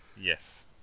yes